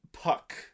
Puck